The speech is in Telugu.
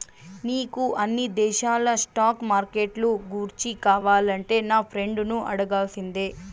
నీకు అన్ని దేశాల స్టాక్ మార్కెట్లు గూర్చి కావాలంటే నా ఫ్రెండును అడగాల్సిందే